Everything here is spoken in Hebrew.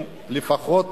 אם לפחות